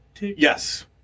Yes